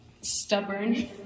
stubborn